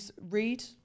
read